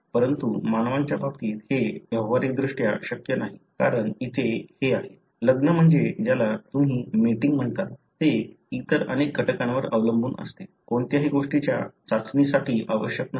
परंतु मानवांच्या बाबतीत हे व्यावहारिकदृष्ट्या शक्य नाही कारण इथे हे आहे लग्न म्हणजे ज्याला तुम्ही मेटींग म्हणता ते इतर अनेक घटकांवर अवलंबून असते कोणत्याही गोष्टीच्या चाचणीसाठी आवश्यक नसते